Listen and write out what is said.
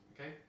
Okay